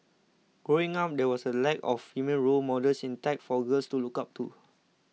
growing up there was a lack of female role models in tech for girls to look up to